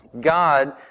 God